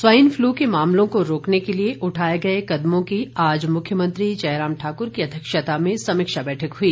swine flu के मामलों को रोकने के लिए उठाए गए कदमों की आज मुख्यमंत्री जयराम ठाकुर की अध्यक्षता में समीक्षा बैठक हुई